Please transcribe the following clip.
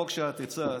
החוק שאת הצעת,